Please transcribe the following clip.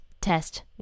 test